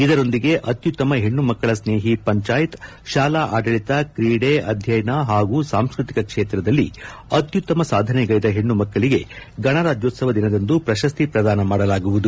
ಇದರೊಂದಿಗೆ ಅತ್ಯುತ್ತಮ ಹೆಣ್ಣಮಕ್ಕಳ ಸ್ನೇಹಿ ಪಂಚಾಯತ್ ಶಾಲಾ ಆಡಳಿತ ಕ್ರೀಡೆಯಲ್ಲಿ ಅಧ್ಯಯನದಲ್ಲಿ ಹಾಗೂ ಸಾಂಸ್ಕೃತಿಕ ಕ್ಷೇತ್ರದಲ್ಲಿ ಅತ್ತುತ್ತಮ ಸಾಧನೆಗೈದ ಹೆಣ್ಣುಮಕ್ಕಳಿಗೆ ಗಣರಾಜ್ಯೋತ್ಸವ ದಿನದಂದು ಪ್ರಶಸ್ತಿ ಪ್ರಧಾನ ಮಾಡಲಾಗುವುದು